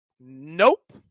Nope